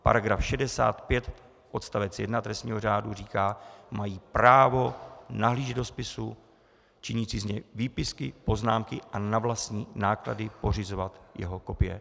Paragraf 65 odst. 1 trestního řádu říká: Mají právo nahlížet do spisu, činit si z něj výpisky, poznámky a na vlastní náklady pořizovat jeho kopie.